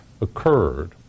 occurred